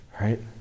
right